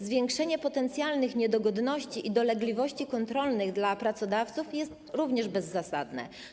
Zwiększenie potencjalnych niedogodności i dolegliwości kontrolnych dla pracodawców jest również bezzasadne.